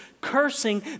cursing